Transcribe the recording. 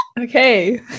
okay